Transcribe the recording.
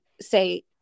say